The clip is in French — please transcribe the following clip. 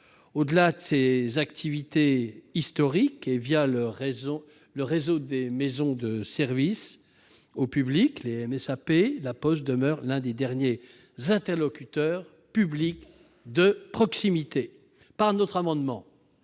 Au-delà de ses activités historiques, et le réseau des maisons de services au public, les MSAP, La Poste demeure l'un des derniers interlocuteurs de service public de proximité. Par cet amendement,